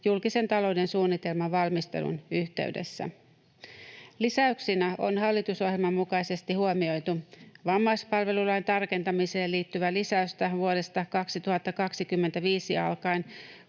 julkisen talouden suunnitelman valmistelun yhteydessä. Lisäyksinä on hallitusohjelman mukaisesti huomioitu vammaispalvelulain tarkentamiseen liittyvää lisäystä vuodesta 2025 alkaen